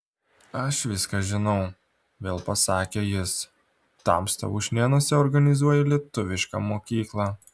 aš viską žinau vėl pasakė jis tamsta ušnėnuose organizuoji lietuvišką mokyklą